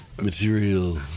material